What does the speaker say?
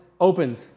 opens